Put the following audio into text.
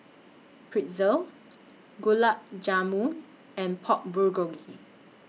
Pretzel Gulab Jamun and Pork Bulgogi